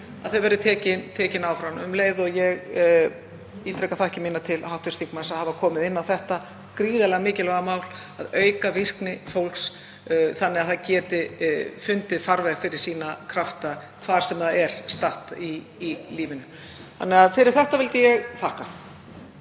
að þau verði tekin áfram. Um leið ítreka ég þakkir mínar til hv. þingmanns fyrir að hafa komið inn á þetta gríðarlega mikilvæga mál, að auka virkni fólks þannig að það geti fundið farveg fyrir sína krafta hvar sem það er statt í lífinu. Fyrir þetta vildi ég þakka.